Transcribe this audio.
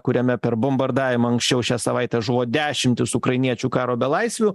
kuriame per bombardavimą anksčiau šią savaitę žuvo dešimtys ukrainiečių karo belaisvių